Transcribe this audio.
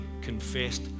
confessed